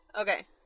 Okay